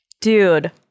Dude